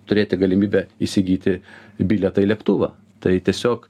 turėti galimybę įsigyti bilietą į lėktuvą tai tiesiog